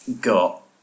got